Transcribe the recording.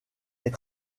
est